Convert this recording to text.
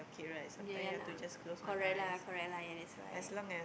ya ya lah correct lah correct lah ya that's why